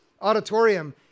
auditorium